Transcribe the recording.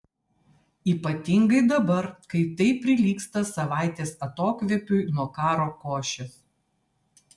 ypatingai dabar kai tai prilygsta savaitės atokvėpiui nuo karo košės